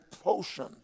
potion